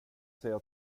säga